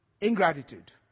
ingratitude